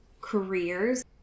careers